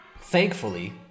thankfully